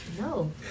No